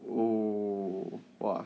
oh !wah!